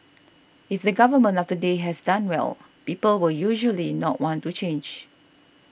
if the government of the day has done well people will usually not want to change